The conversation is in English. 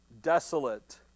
desolate